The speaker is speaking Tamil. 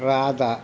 ராதா